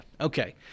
okay